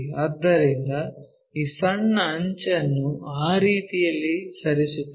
ಆದ್ದರಿಂದ ಈ ಸಣ್ಣ ಅಂಚನ್ನು ಆ ರೀತಿಯಲ್ಲಿ ಸರಿಸುತ್ತೇವೆ